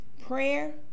Prayer